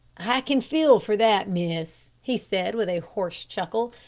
i can feel for that, miss, he said with a hoarse chuckle.